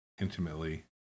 intimately